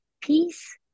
peace